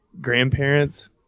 grandparents